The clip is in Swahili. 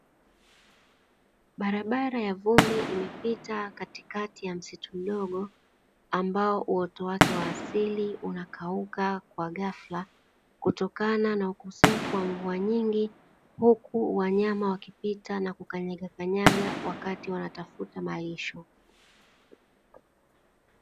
Ng’ombe wa kisasa wenye rangi nyeupe wakiwa katika zizi lillilo tengenezwa na chuma ujinywa na na nyama yao uoshwa vizuri na kuwekwa kwenye mifuko kwa ajiri ya kuuzwa kisasa